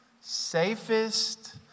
safest